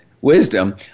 wisdom